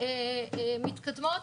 יותר מתקדמות.